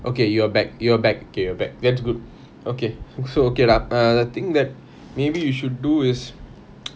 okay you are back you're back okay you're back that's good okay so okay lah err the thing that maybe you should do is